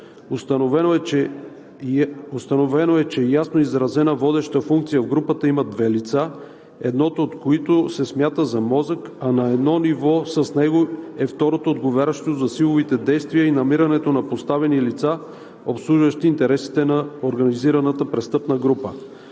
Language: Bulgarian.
Установено е, че ясно изразена водеща функция в групата имат две лица, едното от които се смята за мозък, а на едно ниво с него е второто, отговарящо за силовите действия и намирането на подставени лица, обслужващи интересите на организираната престъпна група.